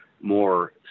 more